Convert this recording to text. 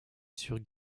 sur